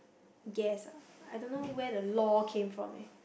guess I don't know where the lor came from eh